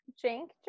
drink